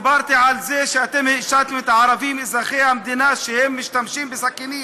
דיברתי על זה שאתם האשמתם את הערבים אזרחי המדינה שהם משתמשים בסכינים.